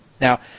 Now